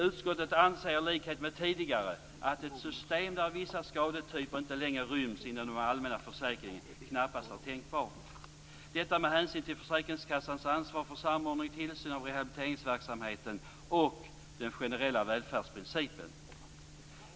Utskottet anser i likhet med tidigare att ett system där vissa skadetyper inte längre ryms inom den allmänna försäkringen knappast är tänkbart, detta med hänsyn till försäkringskassans ansvar för samordning och tillsyn av rehabiliteringsverksamheten och den generella välfärdsprincipen.